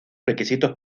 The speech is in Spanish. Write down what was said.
requisitos